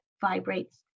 vibrates